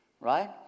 right